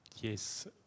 Yes